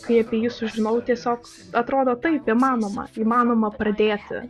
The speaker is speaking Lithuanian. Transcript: kaip spir jį sužinojau tiesiog atrodo taip įmanoma įmanoma pradėti